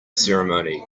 ceremony